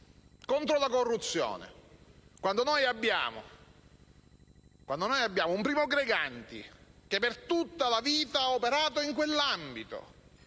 contro la corruzione, se poi abbiamo un Primo Greganti che, per tutta la vita, ha operato in quell'ambito,